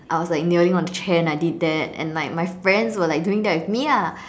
I was like kneeling on the chair and I did that and like my friends were like doing that with me ya